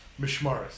mishmaris